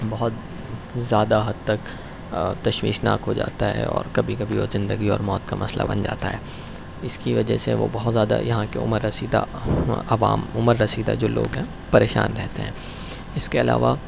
بہت زیادہ حد تک تشویشناک ہو جاتا ہے اور کبھی کبھی وہ زندگی اور موت کا مسئلہ بن جاتا ہے اس کی وجہ سے وہ بہت زیادہ یہاں کی عمر رسیدہ عوام عمر رسیدہ جو لوگ ہیں پریشان رہتے ہیں اس کے علاوہ